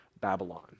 Babylon